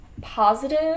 positive